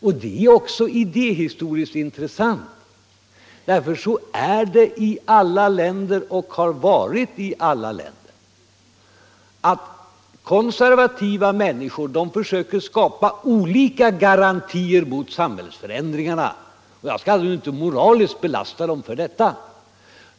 Och det är idéhistoriskt intressant, för så har det varit och är i alla länder: konservativa människor försöker skapa garantier mot samhällsförändringar. Och jag kan inte moraliskt belasta dem för det.